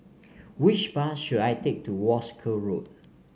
which bus should I take to Wolskel Road